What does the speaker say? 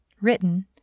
Written